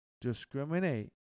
discriminate